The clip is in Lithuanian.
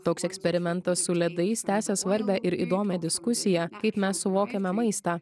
toks eksperimentas su ledais tęsia svarbią ir įdomią diskusiją kaip mes suvokiame maistą